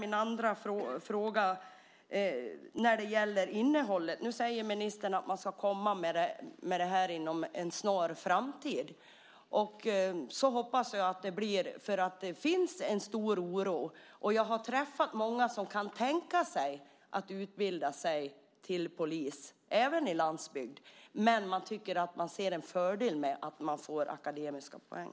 Min andra fråga gäller innehållet. Ministern säger att man ska återkomma inom en snar framtid. Jag hoppas att det blir så för nu finns det en stor oro. Jag har träffat många som kan tänka sig att utbilda sig till polis även i landsbygden, men de tycker att det finns en fördel med att få akademiska poäng.